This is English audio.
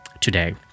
today